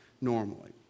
normally